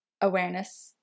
awareness